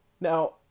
now